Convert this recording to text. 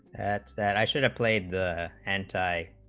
that's that i shouldn't play the and